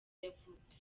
yavutse